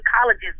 colleges